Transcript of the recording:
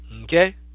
Okay